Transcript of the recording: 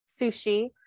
sushi